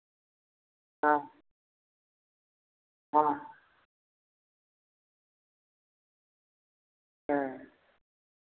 हाँ हाँ हाँ